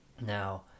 now